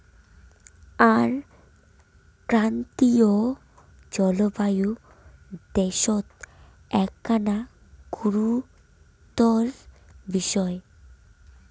আর ক্রান্তীয় জলবায়ুর দ্যাশত এ্যাকনা গুরুত্বের বিষয়